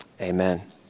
Amen